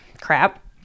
crap